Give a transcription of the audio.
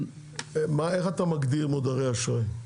איך אתה מגדיר מודרי אשראי?